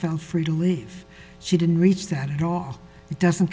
felt free to leave she didn't reach that at all it doesn't